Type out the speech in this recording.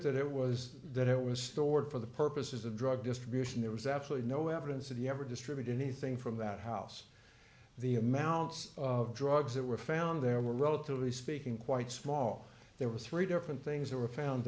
that it was that it was stored for the purposes of drug distribution there was absolutely no evidence of the ever distributed anything from that house the amounts of drugs that were found there were relatively speaking quite small there were three different things that were found